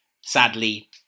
sadly